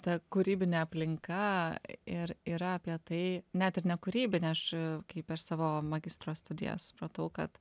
ta kūrybinė aplinka ir yra apie tai net ir nekūrybinę aš kaip per savo magistro studijas supratau kad